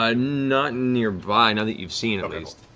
um not nearby, none that you've seen at least.